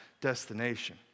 destination